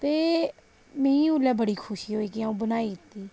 ते मीं औले बड़ी खुशी होई के अ'ऊं बनाई दित्ती